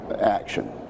action